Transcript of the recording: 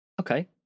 Okay